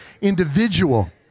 individual